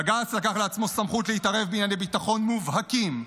בג"ץ לקח לעצמו סמכות להתערב בענייני ביטחון מובהקים.